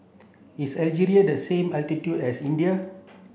is Algeria the same latitude as India